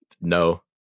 No